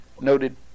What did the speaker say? noted